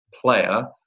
player